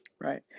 Right